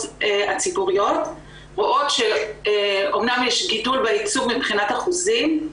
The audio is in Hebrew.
הציבוריות רואות שאמנם יש גידול בייצוג מבחינת אחוזים,